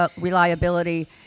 reliability